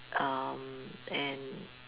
um and